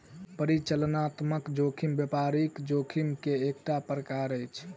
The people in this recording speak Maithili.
परिचालनात्मक जोखिम व्यापारिक जोखिम के एकटा प्रकार अछि